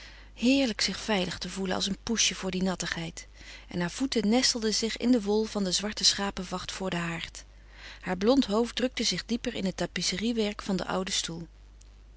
heerlijk zich veilig te voelen als een poesje voor die nattigheid en haar voeten nestelden zich in de wol van de zwarte schapenvacht voor den haard haar blond hoofd drukte zich dieper in het tapisseriewerk van den ouden stoel